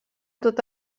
tot